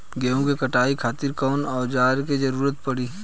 गेहूं के कटाई खातिर कौन औजार के जरूरत परी?